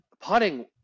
Putting